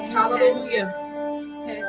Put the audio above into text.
Hallelujah